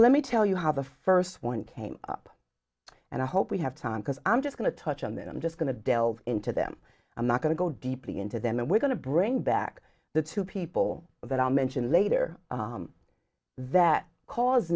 let me tell you how the first one came up and i hope we have time because i'm just going to touch on that i'm just going to delve into them i'm not going to go deeply into them and we're going to bring back the two people that i mentioned later that caused